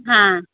हाँ